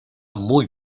muy